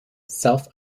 self